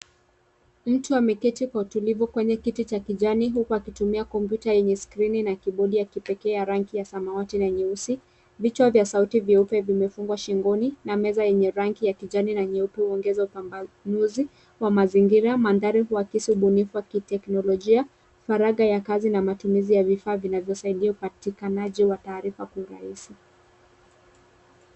Mtu ameketi kwa utulive kwenye kita cha kijani huku akitumia kompyuta yenye skrini na kibodi ya kipekee ya rangi ya samawati na nyeusi. Vichwa wa sauti nyeupe vimefungwa shingoni na meza yenye rangi ya kijani na nyeupe huongeza upambanuzi wa mazingira. Mandhari huakisi ubunifu wa kiteknolojia, faragha ya kazi na matumizi ya vifaa vinavyosaidiaupatikanaji wa taarifa kwa urahisi